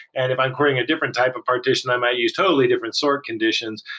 and if i'm querying a different type of partition, i might use totally different sort conditions,